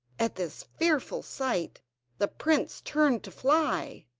at this fearful sight the prince turned to fly,